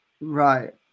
Right